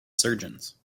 surgeons